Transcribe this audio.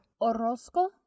Orozco